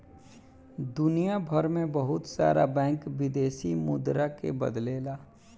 दुनियभर में बहुत सारा बैंक विदेशी मुद्रा के बदलेला